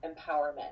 empowerment